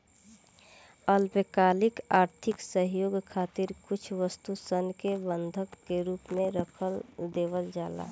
अल्पकालिक आर्थिक सहयोग खातिर कुछ वस्तु सन के बंधक के रूप में रख देवल जाला